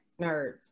nerds